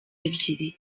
ebyiri